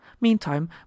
Meantime